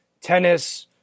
tennis